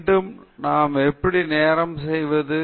மீண்டும் நாம் எப்படி நேரம் செய்வது